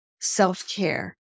self-care